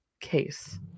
case